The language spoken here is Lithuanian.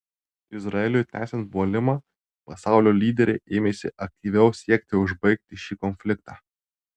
izraeliui tęsiant puolimą pasaulio lyderiai ėmėsi aktyviau siekti užbaigti šį konfliktą